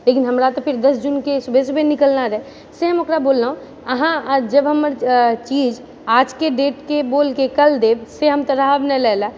लेकिन हमरा तऽ फेर दश जूनके सुबह सुबह निकलना रहै से हम ओकरा बोललहुँ अहाँ जब हमर चीज आजके डेटके बोलके कल देब से हम तऽ रहब नहि लए लऽ